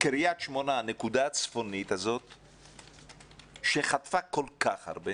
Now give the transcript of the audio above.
קריית שמונה, הנקודה הצפונית שחטפה כל כך הרבה